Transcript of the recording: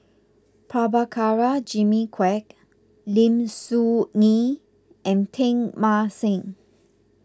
Prabhakara Jimmy Quek Lim Soo Ngee and Teng Mah Seng